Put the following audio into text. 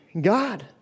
God